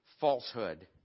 falsehood